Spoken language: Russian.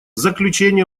заключение